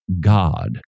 God